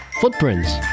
Footprints